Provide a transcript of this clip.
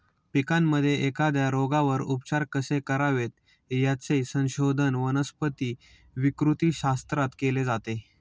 पिकांमध्ये एखाद्या रोगावर उपचार कसे करावेत, याचे संशोधन वनस्पती विकृतीशास्त्रात केले जाते